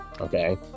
Okay